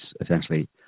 essentially